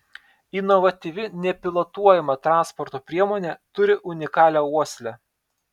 inovatyvi nepilotuojama transporto priemonė turi unikalią uoslę